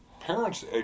Parents